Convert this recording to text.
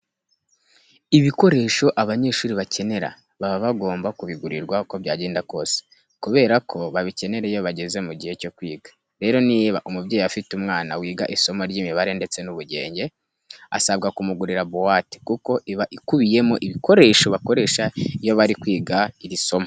Ibikoresho abanyeshuri bakenera baba bagomba kubigurirwa uko byagenda kose, kubera ko babikenera iyo bageze mu gihe cyo kwiga. Rero niba umubyeyi afite umwana wiga isomo ry'imibare ndetse n'ubugenge, asabwa kumugurira buwate kuko iba ikubiyemo ibikoresho bakoresha iyo bari kwiga iri somo.